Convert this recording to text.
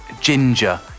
ginger